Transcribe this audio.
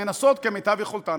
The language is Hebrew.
מנסים כמיטב יכולתם.